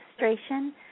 registration